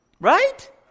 Right